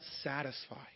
satisfy